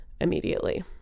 immediately